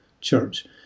church